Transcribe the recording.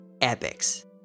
epics